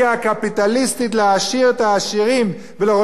להעשיר את העשירים ולרושש את העניים,